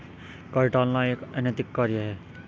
कर टालना एक अनैतिक कार्य है